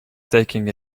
taking